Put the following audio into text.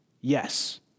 Yes